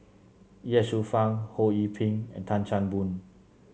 Ye Shufang Ho Yee Ping and Tan Chan Boon